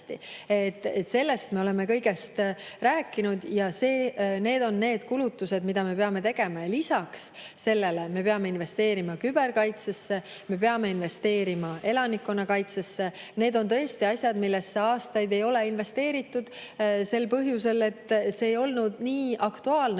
kõigest me oleme rääkinud ja need on need kulutused, mida me peame tegema. Ja lisaks sellele me peame investeerima küberkaitsesse, me peame investeerima elanikkonnakaitsesse. Need on tõesti asjad, millesse aastaid ei ole investeeritud – sel põhjusel, et see ei olnud nii aktuaalne,